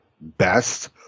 best